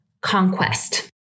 conquest